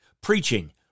Preaching